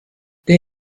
der